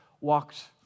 walked